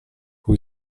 who